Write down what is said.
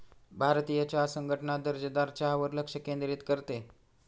भारतीय चहा संघटना दर्जेदार चहावर लक्ष केंद्रित करते